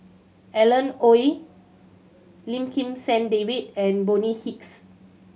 Alan Oei Lim Kim San David and Bonny Hicks